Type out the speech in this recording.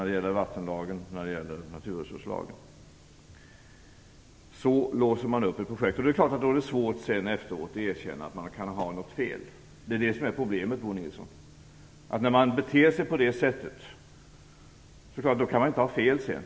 Det gäller vattenlagen och naturresurslagen. På det sättet låser man ett projekt. Det är klart att det är svårt att efteråt erkänna att man hade fel. Det är problemet, Bo Nilsson. När man beter sig på det här sättet kan man inte ha fel sedan.